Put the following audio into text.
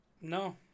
No